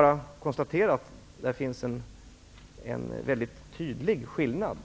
Jag konstaterar att det finns en mycket tydlig skillnad